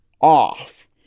off